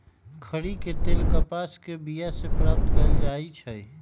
खरि के तेल कपास के बिया से प्राप्त कएल जाइ छइ